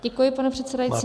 Děkuji, pane předsedající.